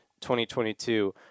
2022